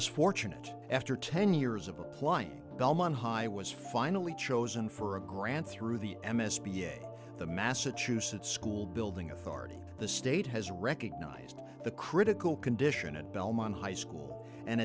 is fortunate after ten years of applying delmon high was finally chosen for a grant through the m s p a the massachusetts school building authority the state has recognized the critical condition at belmont high school and